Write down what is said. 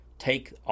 Take